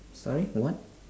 sorry what